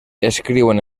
escriuen